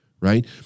right